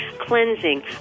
cleansing